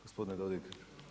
Gospodine Dodig.